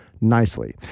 nicely